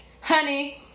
Honey